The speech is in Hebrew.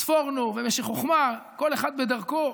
ספורנו ו"משך חוכמה", כל אחד בדרכו.